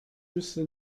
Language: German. wüsste